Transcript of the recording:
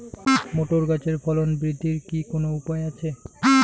Motor গাছের ফলন বৃদ্ধির কি কোনো উপায় আছে?